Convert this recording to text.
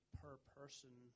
per-person